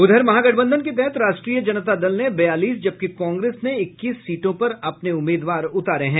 उधर महागठबंधन के तहत राष्ट्रीय जनता दल ने बयालीस जबकि कांग्रेस ने इक्कीस सीटों पर अपने उम्मीदवार उतारे हैं